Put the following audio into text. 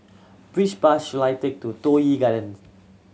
which bus should I take to Toh Yi Garden